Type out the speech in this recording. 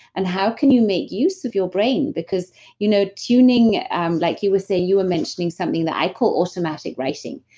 and how can you make use of your brain, because you know tuning um like you were saying you were mentioning something that i call automatic writing.